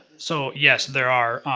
so, yes, there are,